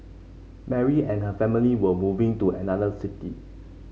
Mary and her family were moving to another city